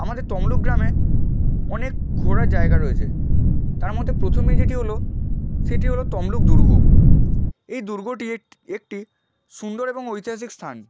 আমাদের তমলুক গ্রামে অনেক ঘোরার জায়গা রয়েছে তার মধ্যে প্রথমে যেটি হল সেটি হল তমলুক দুর্গ এই দুর্গটি এক একটি সুন্দর এবং ঐতিহাসিক স্থান